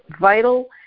vital